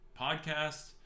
podcast